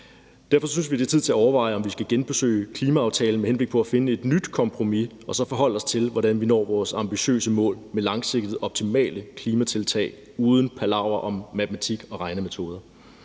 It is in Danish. Derfor synes vi, det er tid til at overveje, om vi skal genbesøge klimaaftalen med henblik på at finde et nyt kompromis, og så forholde os til, hvordan vi når vores ambitiøse mål med langsigtede optimale klimatiltag uden palaver om matematik og regnemetoder.